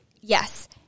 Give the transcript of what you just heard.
Yes